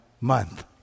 month